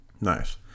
Nice